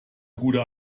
gute